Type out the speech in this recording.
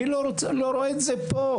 אני לא רואה את זה פה.